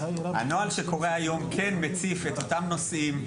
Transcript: הנוהל שקורה היום כן מציף את אותם נושאים,